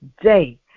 day